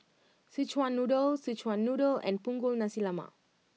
Szechuan Noodle Szechuan Noodle and Punggol Nasi Lemak